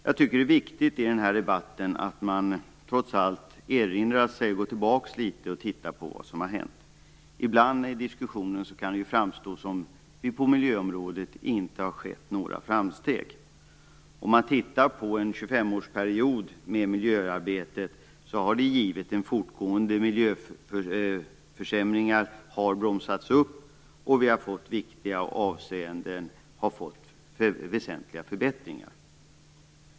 Jag tycker att det är viktigt att man i den här debatten trots allt erinrar sig vad som har hänt. Ibland kan det i diskussionen framstå som om det inte har skett några framsteg på miljöområdet. Om vi tittar på miljöarbetet under en tjugofemårsperiod visar det sig att de fortgående miljöförsämringarna har bromsats upp och vi har fått väsentliga förbättringar i viktiga avseenden.